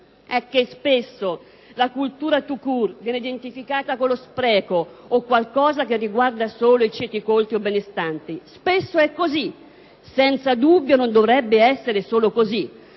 È che spesso la cultura *tout court* viene identificata con lo spreco o qualcosa che riguarda solo i ceti colti o benestanti. Spesso è così. Senza dubbio non dovrebbe essere solo così,